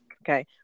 Okay